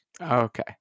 Okay